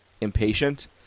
impatient